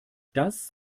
das